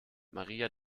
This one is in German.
maria